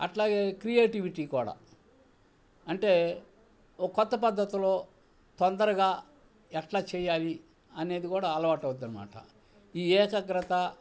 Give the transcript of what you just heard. అట్లాగే క్రియేటివిటీ కూడా అంటే ఒక కొత్త పద్ధతులో తొందరగా ఎట్లా చేయ్యాలి అనేది కూడా అలవాటువుద్దనమాట ఈ ఏకాగ్రత